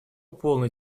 полный